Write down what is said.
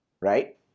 right